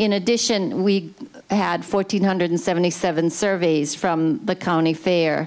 in addition we had fourteen hundred seventy seven surveys from the county fair